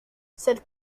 cette